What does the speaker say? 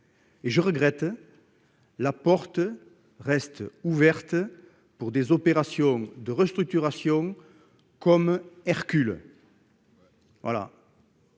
Et je regrette. La porte reste ouverte pour des opérations de restructuration. Comme Hercule.